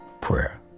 prayer